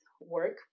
work